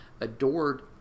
adored